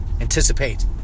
Anticipate